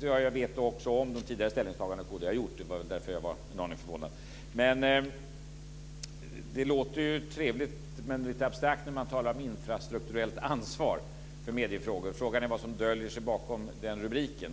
Jag vet också om tidigare ställningstaganden som kd har gjort. Det var därför jag var en aning förvånad. Det låter ju trevligt, men lite abstrakt, när man talar om infrastrukturellt ansvar för mediefrågor. Frågan är vad som döljer sig bakom den rubriken.